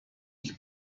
ich